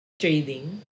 trading